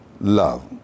love